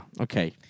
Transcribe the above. Okay